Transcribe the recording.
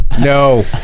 no